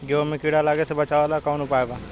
गेहूँ मे कीड़ा लागे से बचावेला कौन उपाय बा?